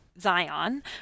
zion